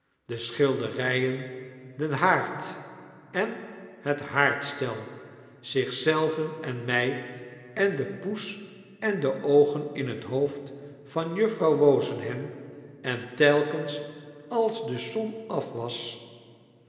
de schilderijen den haard en het haardstel zich zelven en my en de poes en de oogen in het hoofd van juffrouw wozenham en telkens als de som af